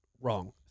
wrong